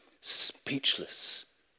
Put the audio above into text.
speechless